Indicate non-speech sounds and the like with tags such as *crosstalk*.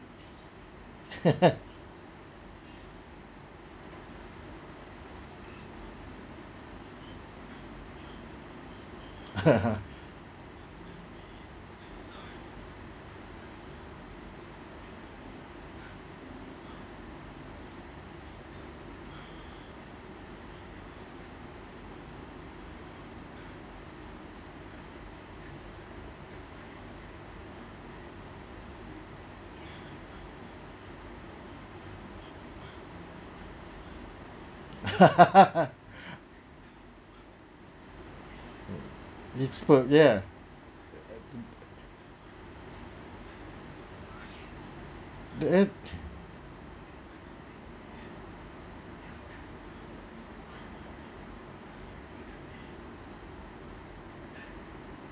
*laughs* *laughs* *laughs* *laughs* the what